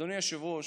אדוני היושב-ראש,